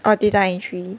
oh data entry